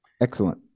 Excellent